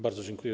Bardzo dziękuję.